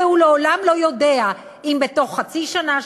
הרי הוא לעולם לא יודע אם בתוך חצי שנה,